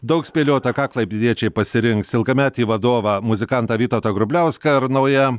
daug spėliota ką klaipėdiečiai pasirinks ilgametį vadovą muzikantą vytautą grubliauską ar naują